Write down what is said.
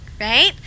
right